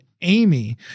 Amy